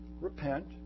repent